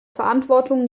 verantwortung